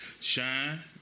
Shine